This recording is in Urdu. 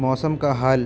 موسم کا حال